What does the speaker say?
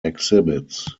exhibits